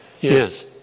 Yes